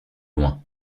loin